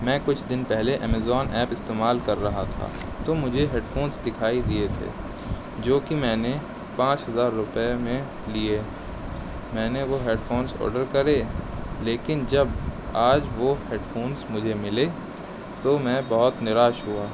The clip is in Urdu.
میں کچھ دن پہلے امیزون ایپ استعمال کر رہا تھا تو مجھے ہیڈ فونس دکھائی دیے تھے جو کہ میں نے پانچ ہزار روپے میں لیے میں نے وہ ہیڈ فونس آرڈر کرے لیکن جب آج وہ ہیڈ فونس مجھے ملے تو میں بہت نراش ہوا